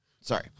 Sorry